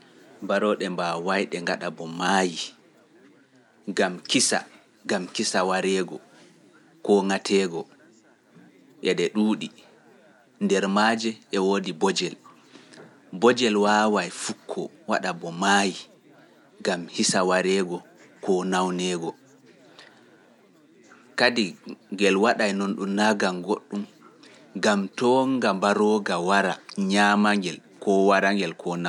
Baroɗe mbaawayde ngaɗa bo maayi, gam kisa, gam kisa wareego, koo nyameego, e ɗe ɗuuɗi, nder maaje e woodi bojel, bojel waaway fukko waɗa bo maayi, gam hisa wareego, koo nawneego. Kadi ngel waɗay non ɗum gam goɗɗum, gam to wonga mbaroga wara ñaama ngel, koo wara ngel, koo nawna ngel.